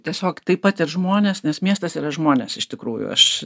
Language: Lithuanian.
tiesiog taip pat ir žmonės nes miestas yra žmonės iš tikrųjų aš